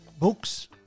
books